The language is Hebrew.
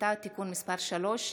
השפיטה (תיקון מס' 3)